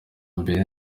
mbere